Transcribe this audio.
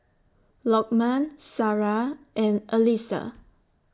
Lokman Sarah and Alyssa